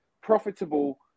profitable